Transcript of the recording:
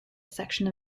section